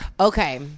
Okay